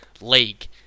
league